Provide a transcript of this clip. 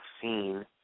seen